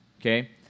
Okay